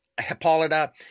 Hippolyta